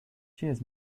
cheers